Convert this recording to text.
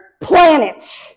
planet